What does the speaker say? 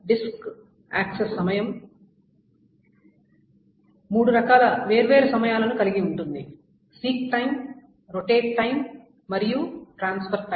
disc access సమయం మూడు వేర్వేరు సమయాలను కలిగి ఉంటుంది సీక్ టైం రొటేట్ టైం మరియు ట్రాన్స్ఫర్ టైం